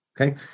Okay